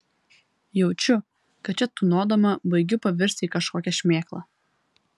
jaučiu kad čia tūnodama baigiu pavirsti į kažkokią šmėklą